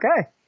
okay